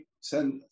send